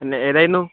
അല്ല ഏതായിരുന്നു